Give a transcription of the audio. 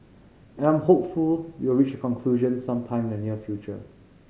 and I'm hopeful we will reach a conclusion some time in the near future